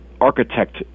architect